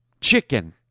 chicken